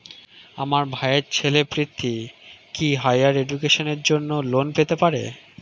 আমার ভাইয়ের ছেলে পৃথ্বী, কি হাইয়ার এডুকেশনের জন্য লোন পেতে পারে?